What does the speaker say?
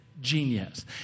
genius